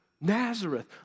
Nazareth